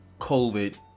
COVID